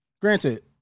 Granted